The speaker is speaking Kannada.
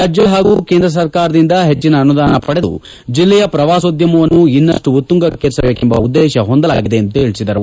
ರಾಜ್ಯ ಪಾಗೂ ಕೇಂದ್ರ ಸರಕಾರದಿಂದ ಹೆಚ್ಚನ ಅನುದಾನ ಪಡೆದು ಜಿಲ್ಲೆಯ ಪ್ರವಾಸೋದ್ಯಮವನ್ನು ಅನ್ನಷ್ಟು ಉತ್ತುಂಗಕ್ಷೇರಿಸಬೇಕೆಂಬ ಉದ್ದೇತ ಹೊಂದಲಾಗಿದೆ ಎಂದು ತಿಳಿಸಿದರು